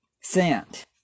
sent